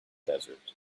desert